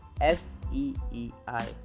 S-E-E-I